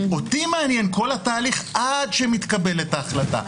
אותי מעניין כל התהליך עד שמתקבלת ההחלטה.